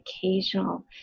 occasional